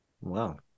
Wow